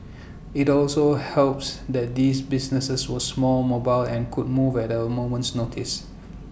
IT also helps that these businesses were small mobile and could move at A moment's notice